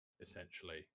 essentially